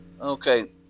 okay